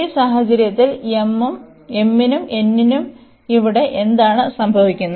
ഈ സാഹചര്യത്തിൽ m നും n നും ഇവിടെ എന്താണ് സംഭവിക്കുന്നത്